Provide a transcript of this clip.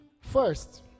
First